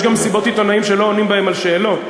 יש גם מסיבות עיתונאים שלא עונים בהן על שאלות,